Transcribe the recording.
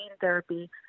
therapy